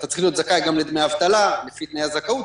אתה צריך להיות זכאי גם לדמי אבטלה לפי תנאי הזכאות,